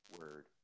word